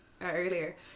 earlier